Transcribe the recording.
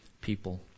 people